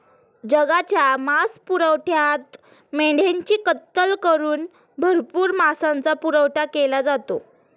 जगाच्या मांसपुरवठ्यात मेंढ्यांची कत्तल करून भरपूर मांसाचा पुरवठा केला जातो